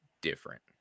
different